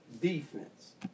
defense